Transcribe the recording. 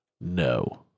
No